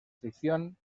ficción